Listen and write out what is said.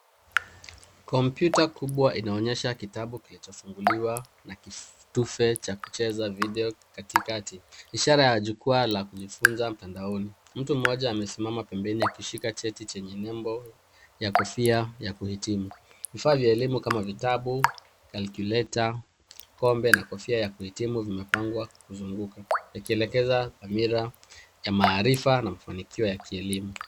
Computer kubwa inaonyesha kitabu kilichofunguliwa na kitufe cha kucheza video katikati, ishara ya jukwaa la kujifunza mtandaoni, mtu mmoja amesimama pembeni akiwa ameshika cheti chenye nembo ya kofia ya kuhitimu, vifaa vya elimu kama vitabu, calculator , kombe na kofia ya kuhitimu vimepangwa kwa kuzunguka, yakieleza tamira ya maarifa na mafanikio ya kielimu.